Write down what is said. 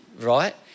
right